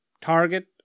target